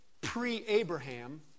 pre-Abraham